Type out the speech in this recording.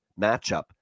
matchup